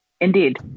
Indeed